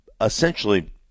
essentially